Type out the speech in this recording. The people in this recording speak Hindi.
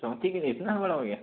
चौथी ग्रेड इतना बड़ा हो गया है